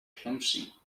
clumsy